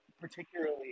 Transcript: particularly